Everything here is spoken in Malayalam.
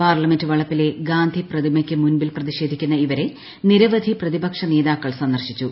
പാർലമെന്റ് വളപ്പിലെ ഗാന്ധിപ്രതിമയ്ക്ക് മുമ്പിൽ പ്രതിഷേധിക്കുന്ന ഇവരെ നിരവധി പ്രതിപക്ഷ നേതാക്കൾ സന്ദർശിച്ചു